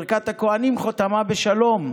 ברכת הכוהנים חותמין בשלום: